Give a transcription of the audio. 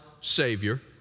Savior